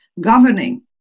governing